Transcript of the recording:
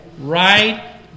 right